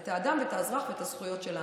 את האדם, את האזרח ואת הזכויות שלנו.